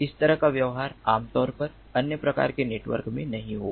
इस तरह का व्यवहार आमतौर पर अन्य प्रकार के नेटवर्क में नहीं होगा